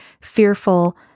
fearful